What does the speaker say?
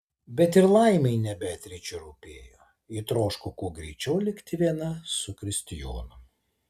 bet ir laimai ne beatričė rūpėjo ji troško kuo greičiau likti viena su kristijonu